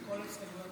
מסירים.